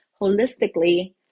holistically